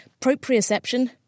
proprioception